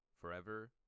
Forever